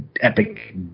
epic